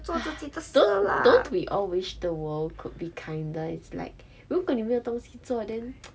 !hais! don't don't we all wish the world could be kinder it's like 如果你没有东西做 then